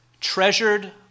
treasured